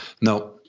No